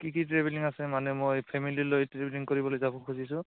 কি কি ট্ৰেভেলিং আছে মানে মই ফেমেলি লৈ ট্ৰেভেলিং কৰিবলৈ যাব খুজিছোঁ